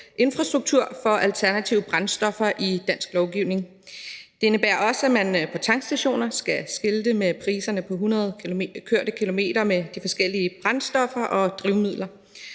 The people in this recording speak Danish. infrastruktur for alternative brændstoffer i dansk lovgivning. Det indebærer også, at man på tankstationer skal skilte med priserne på 100 kørte kilometer med de forskellige brændstoffer og drivmidler.